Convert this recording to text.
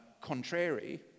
contrary